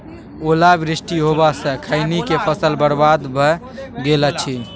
ओला वृष्टी होबा स खैनी के फसल बर्बाद भ गेल अछि?